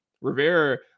Rivera